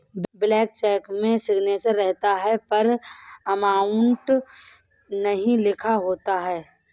blank cheque में signature रहता है पर अमाउंट नहीं लिखा होता है